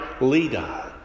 leader